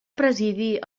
presidir